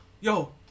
yo